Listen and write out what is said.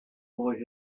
boy